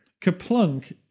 Kaplunk